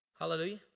hallelujah